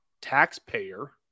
taxpayer